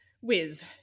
Wiz